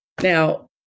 Now